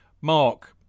Mark